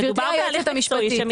מדובר על תהליך מקצועי שמתקיים אצלנו.